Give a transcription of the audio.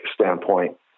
standpoint